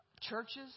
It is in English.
churches